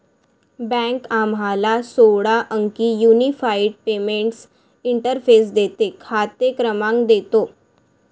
bank आम्हाला सोळा अंकी युनिफाइड पेमेंट्स इंटरफेस देते, खाते क्रमांक देतो